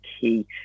key